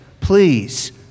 please